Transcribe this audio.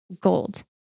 gold